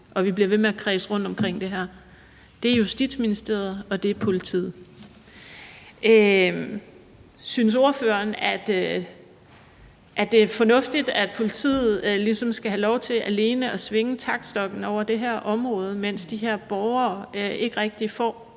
at vi bliver ved med at kredse rundt omkring det her, er Justitsministeriet og politiet. Synes ordføreren, at det er fornuftigt, at politiet ligesom skal have lov til alene at svinge taktstokken over det her område, mens de her borgere ikke rigtig får